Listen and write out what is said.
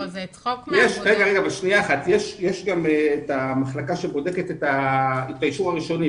יש גם את המחלקה שבודקת את האישור הראשוני,